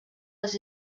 les